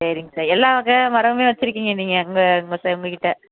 சரிங்க சார் எல்லா வகையான மரம் வச்சுருக்கீங்க நீங்கள் உங்கள் உங்கள் கிட்ட